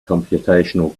computational